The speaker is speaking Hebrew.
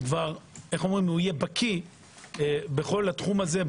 הוא כבר יהיה בקי בתחום הזה,